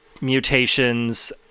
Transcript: mutations